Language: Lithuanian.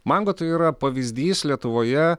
mango tai yra pavyzdys lietuvoje